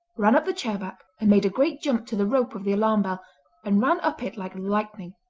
ran up the chair-back and made a great jump to the rope of the alarm bell and ran up it like lightning.